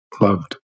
loved